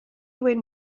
wyn